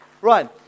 Right